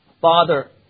Father